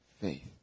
faith